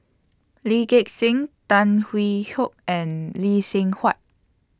Lee Gek Seng Tan Hwee Hock and Lee Seng Huat